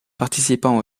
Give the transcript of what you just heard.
participant